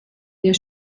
der